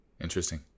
Interesting